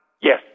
Yes